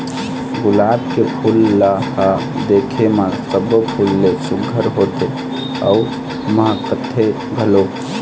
गुलाब के फूल ल ह दिखे म सब्बो फूल ले सुग्घर होथे अउ महकथे घलोक